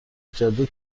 جاده